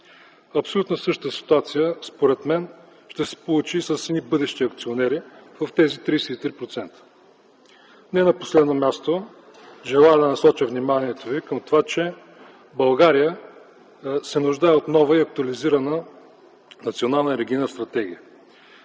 Абсолютно същата ситуация, според мен, ще се получи и с едни бъдещи акционери в тези 33%. Не на последно място желая да насоча вниманието Ви към това, че България се нуждае от нова и актуализирана национална енергийна стратегия,